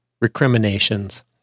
recriminations